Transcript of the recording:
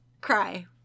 cry